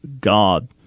God